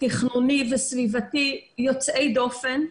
תכנוני וסביבתי יוצאי דופן.